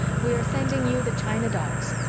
we are sending you the china dogs.